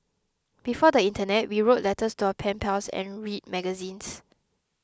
before the internet we wrote letters to our pen pals and read magazines